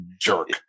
jerk